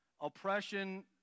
oppression